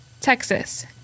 Texas